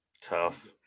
Tough